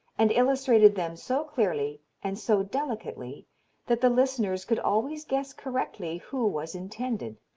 and illustrated them so clearly and so delicately that the listeners could always guess correctly who was intended,